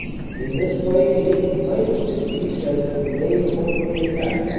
in this way the enemy might be deceived as to the main point of the attack,